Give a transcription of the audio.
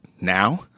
now